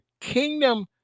kingdom